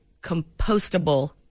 compostable